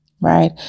right